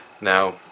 Now